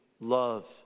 love